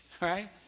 right